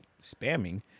spamming